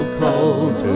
cold